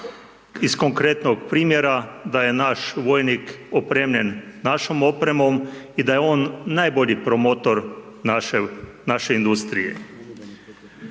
iz konkretnog primjera da je naš vojnik opremljen našom opremom i da je on najbolji promotor naše industrije.